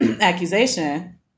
accusation